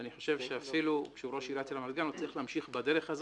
אני חושב שאפילו כשהוא ראש עיריית רמת גן הוא צריך להמשיך בדרך הזאת.